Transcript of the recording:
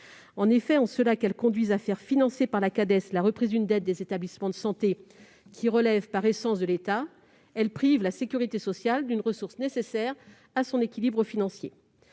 d'en juger. Ces modalités conduisant à faire financer par la Cades la reprise d'une dette des établissements de santé qui relève, par essence, de l'État, elles privent la sécurité sociale d'une ressource nécessaire à son équilibre financier.